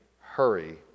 hurry